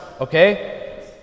okay